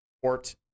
port